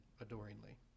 adoringly